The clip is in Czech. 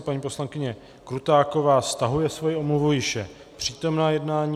Paní poslankyně Krutáková stahuje svoji omluvu, již je přítomna jednání.